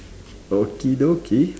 okie dokie